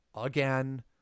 again